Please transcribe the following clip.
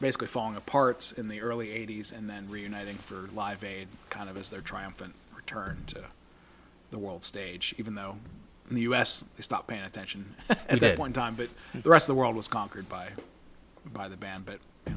basically falling apart in the early eighty's and then reuniting for live aid kind of as their triumphant return to the world stage even though in the us it's not an attention and the one time that the rest of the world was conquered by by the band but you